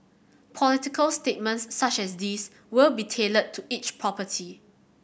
political statements such as these will be tailored to each property